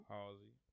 Halsey